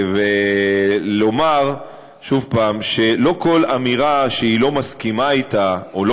ואומר שוב שלא כל אמירה שהיא לא מסכימה לה או לא